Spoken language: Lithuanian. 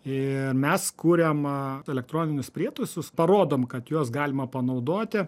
ir mes kuriam elektroninius prietaisus parodom kad juos galima panaudoti